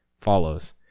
follows